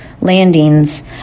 landings